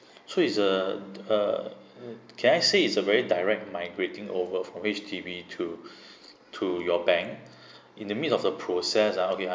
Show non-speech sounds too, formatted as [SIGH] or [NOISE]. so it's a uh can I say it's a very direct migrating over from H_D_B to [BREATH] to your bank [BREATH] in the midst of the process ah okay